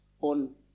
on